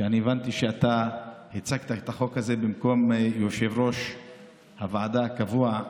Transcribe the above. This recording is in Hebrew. הבנתי שאתה הצגת את החוק הזה במקום יושב-ראש הוועדה הקבוע,